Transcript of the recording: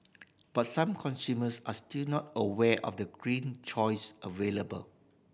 but some consumers are still not aware of the green choice available